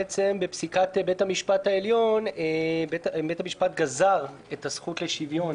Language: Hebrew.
בית המשפט העליון גזר את הזכות לשוויון